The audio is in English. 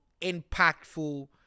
impactful